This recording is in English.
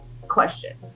question